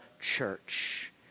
church